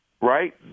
right